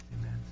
Amen